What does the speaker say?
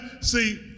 see